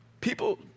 people